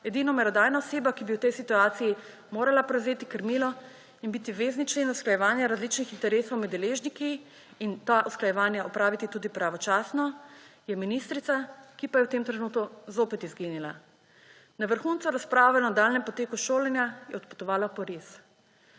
Edina merodajna oseba, ki bi v tej situaciji morala prevzeti krmilo in biti vezni člen usklajevanja različnih interesov med deležniki in ta usklajevanja opraviti tudi pravočasno, je ministrica, ki pa je v tem trenutku zopet izginila. Na vrhuncu razprave o nadaljnjem poteku šolanja je odpotovala v Pariz.